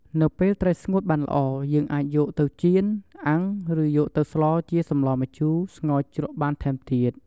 នៅពេលត្រីស្ងួតបានល្អយើងអាចយកទៅចៀន អាំងឬយកទៅស្លជាសម្លម្ជូរ ស្ងោរជ្រក់បានថែមទៀត។